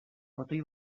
botoi